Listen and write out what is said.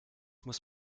muss